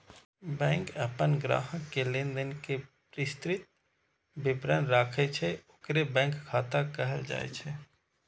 bank अपन ग्राहक के लेनदेन के विस्तृत विवरण राखै छै, ओकरे बैंक खाता कहल जाइ छै